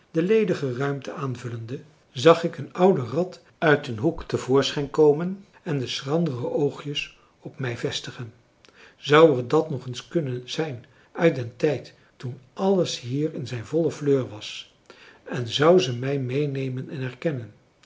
de ledige ruimte aanvullende zag ik een oude rat uit een hoek te voorschijn komen en de schrandere oogjes op mij vestigen zou er dat nog een kunnen zijn uit den tijd toen alles hier in zijn volle fleur was en zou ze mij meenen te herkennen